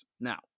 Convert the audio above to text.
Now